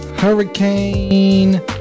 Hurricane